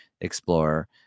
Explorer